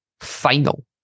final